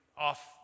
off